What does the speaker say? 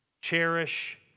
cherish